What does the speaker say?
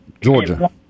Georgia